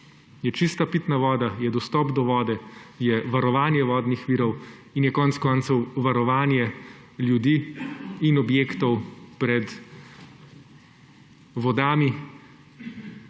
Je čista pitna voda, je dostop do vode, je varovanje vodnih virov in je konec koncev varovanje ljudi in objektov pred vodami.